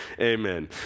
Amen